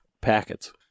packets